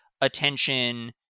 attention